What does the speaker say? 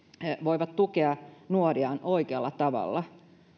voivat tukea nuoriaan oikealla tavalla